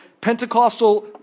Pentecostal